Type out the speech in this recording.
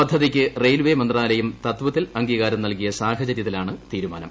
പദ്ധതിക്ക് റെയിൽവേ മന്ത്രാലയം തത്വത്തിൽ അംഗീകാരം നൽകിയ സാഹചര്യത്തിലാണ് തീരുമാനം